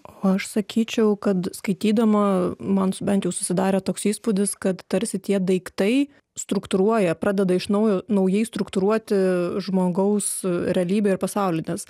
o aš sakyčiau kad skaitydama mans bent jau susidarė toks įspūdis kad tarsi tie daiktai struktūruoja pradeda iš naujo naujai struktūruoti žmogaus realybę ir pasaulį nes